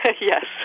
Yes